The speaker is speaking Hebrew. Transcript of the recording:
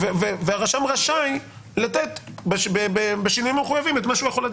והרשם רשאי לתת בשינויים המחויבים את מה שהוא יכול לתת